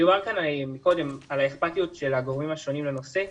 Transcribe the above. דובר קודם על האכפתיות של הגורמים השונים לנושא.